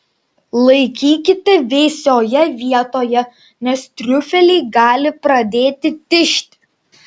laikykite vėsioje vietoje nes triufeliai gali pradėti tižti